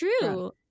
true